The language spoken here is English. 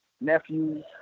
nephews